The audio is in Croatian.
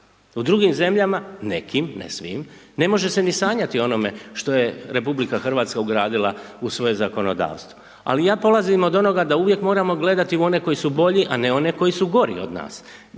U drugim zemljama, nekim, ne svim, ne može se ni sanjati o onome što je Republika Hrvatska ugradila u svoje zakonodavstvo, ali ja polazim od onoga da uvijek moramo gledati u one koji su bolji, a ne one koji su gori od nas,